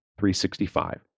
365